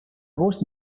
gust